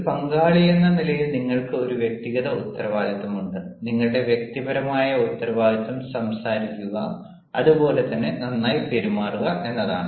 ഒരു പങ്കാളിയെന്ന നിലയിൽ നിങ്ങൾക്ക് ഒരു വ്യക്തിഗത ഉത്തരവാദിത്തമുണ്ട് നിങ്ങളുടെ വ്യക്തിപരമായ ഉത്തരവാദിത്തം സംസാരിക്കുക അതുപോലെതന്നെ നന്നായി പെരുമാറുക എന്നതാണ്